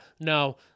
no